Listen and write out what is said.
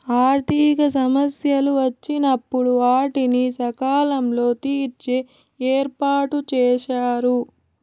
ఆర్థిక సమస్యలు వచ్చినప్పుడు వాటిని సకాలంలో తీర్చే ఏర్పాటుచేశారు